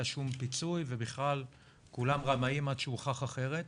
שום פיצוי ובכלל כולם רמאים עד שהוכח אחרת,